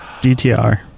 DTR